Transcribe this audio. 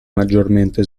maggiormente